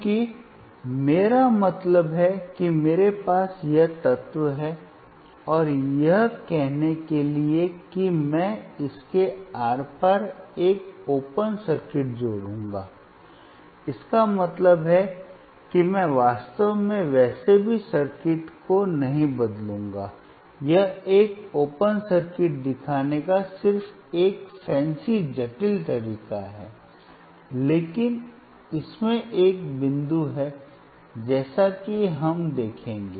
क्योंकि मेरा मतलब है कि मेरे पास यह तत्व है और यह कहने के लिए कि मैं इसके आर पार एक ओपन सर्किट जोड़ूंगा इसका मतलब है कि मैं वास्तव में वैसे भी सर्किट को नहीं बदलूंगा यह एक ओपन सर्किट दिखाने का सिर्फ एक फैंसी जटिल तरीका है लेकिन इसमें एक बिंदु है जैसा कि हम देखेंगे